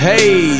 Hey